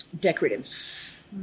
decorative